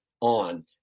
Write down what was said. on